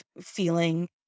feeling